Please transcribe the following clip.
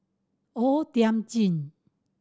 O Thiam Chin